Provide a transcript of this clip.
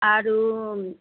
আৰু